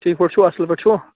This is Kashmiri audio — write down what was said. ٹھیٖک پٲٹھۍ چھُو اصٕل پٲٹھۍ چھُو